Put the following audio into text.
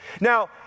Now